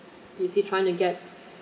is he trying to get